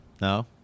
no